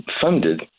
funded